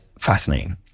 fascinating